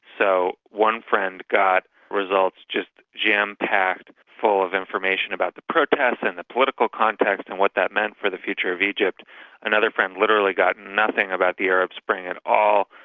so one friend got results just jam-packed full of information about the protests and the political context and what that meant for the future of egypt, and another friend literally got nothing about the arab spring at all,